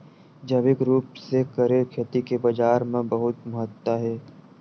जैविक रूप से करे खेती के बाजार मा बहुत महत्ता हे